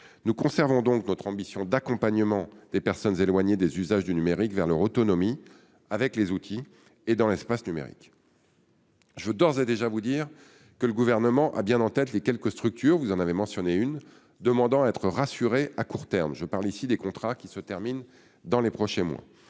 Nous conservons donc notre ambition d'accompagnement des personnes éloignées des usages du numérique vers leur autonomie avec les outils et dans l'espace numérique. Je peux d'ores et déjà vous indiquer que le Gouvernement a bien en tête les quelques structures- vous en avez mentionné une -demandant à être rassurées à court terme. Je parle ici des contrats qui se terminent dans les prochains mois.